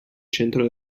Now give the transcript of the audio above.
centro